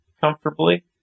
Comfortably